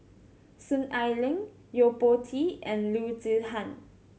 Soon Ai Ling Yo Po Tee and Loo Zihan